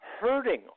hurting